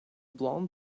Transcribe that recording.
blond